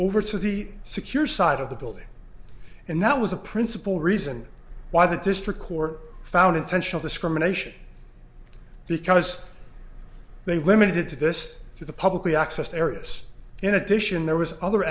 over to the secure side of the building and that was the principal reason why the district court found intentional discrimination because they limited to this to the publicly accessed arius in addition there was other